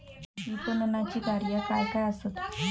विपणनाची कार्या काय काय आसत?